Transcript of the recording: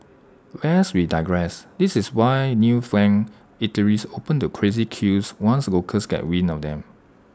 lest we digress this is why newfangled eateries open to crazy queues once locals get wind of them